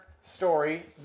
story